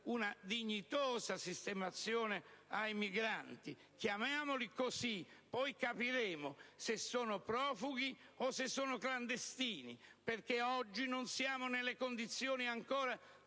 una dignitosa sistemazione ai migranti? Chiamiamoli così, poi capiremo se sono profughi o clandestini, perché oggi non siamo ancora nelle condizioni di